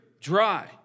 dry